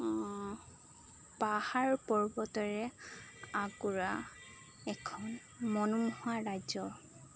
পাহাৰ পৰ্বতেৰে আগুৰা এখন মনোমোহা ৰাজ্য